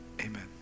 Amen